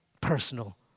personal